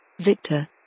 Victor